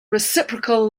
reciprocal